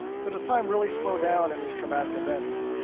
so does time really slow down in these traumatic events?